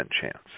chance